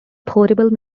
portable